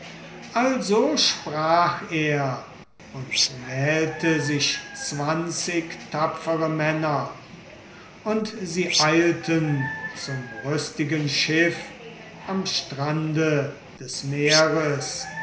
also sprach er und wählte sich zwanzig tapfere männer und sie eilten zum rüstigen schiff am strande des meeres